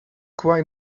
quite